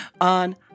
on